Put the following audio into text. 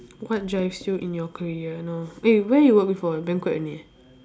what drives you in your career no eh where you work before banquet only